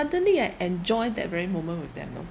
suddenly I enjoy that very moment with them you know